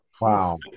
Wow